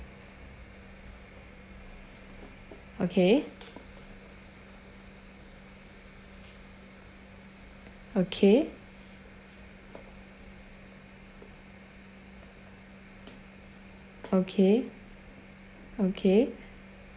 okay okay okay okay